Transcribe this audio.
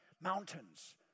mountains